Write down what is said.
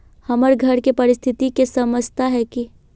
हमर घर के परिस्थिति के समझता है की?